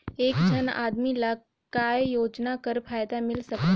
एक झन आदमी ला काय योजना कर फायदा मिल सकथे?